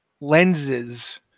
lenses